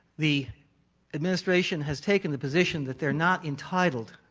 the administration has taken the position that they're not entitled.